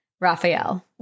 Raphael